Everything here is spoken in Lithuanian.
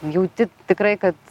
jauti tikrai kad